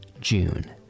June